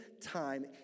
time